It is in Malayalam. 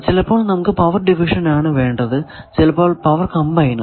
ചിലപ്പോൾ നമുക്ക് പവർ ഡിവിഷൻ ആണ് വേണ്ടത് ചിലപ്പോൾ പവർ കമ്പൈനർ